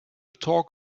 talk